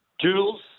Jules